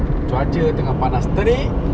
cuaca tengah panas terik